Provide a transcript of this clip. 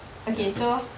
okay so